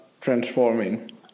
transforming